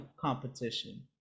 competition